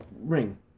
ring